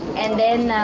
and then